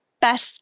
best